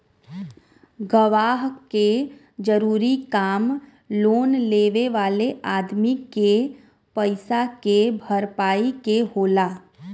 गवाह के जरूरी काम लोन लेवे वाले अदमी के पईसा के भरपाई के होला